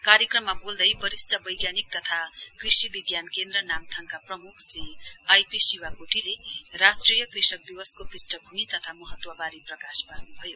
कार्यक्रममा बोल्दै वरिष्ट वैज्ञानिक तथा कृषि विज्ञान केन्द्र नामथाङका प्रमुख श्री आइनपी शिवाकोटीले राष्ट्रिय कृषक दिवसको पृष्ठभूमि तथा महत्वबारे प्रकाश पर्नुभयो